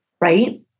right